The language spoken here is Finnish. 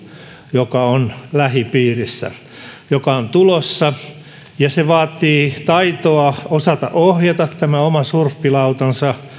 joka on lähipiirissä joka on tulossa ja vaatii taitoa osata ohjata oma surffilauta